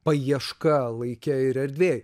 paieška laike ir erdvėj